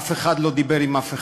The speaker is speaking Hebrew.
אף אחד לא דיבר עם אף אחד?